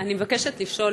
אני מבקשת לשאול,